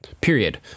period